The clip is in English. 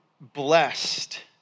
blessed